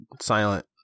Silent